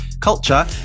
culture